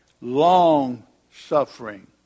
long-suffering